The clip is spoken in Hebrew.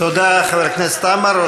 תודה לחבר הכנסת עמאר.